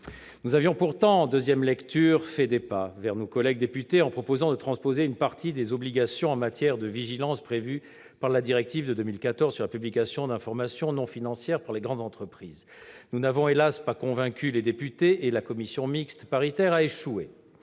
Nous avions pourtant, en deuxième lecture, fait des pas vers nos collègues députés en proposant de transposer une partie des obligations en matière de vigilance prévues par la directive de 2014 sur la publication d'informations non financières par les grandes entreprises. Nous n'avons, hélas ! pas convaincu les députés, et la commission mixte paritaire a échoué.